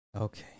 okay